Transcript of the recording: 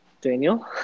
Daniel